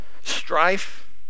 Strife